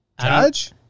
Judge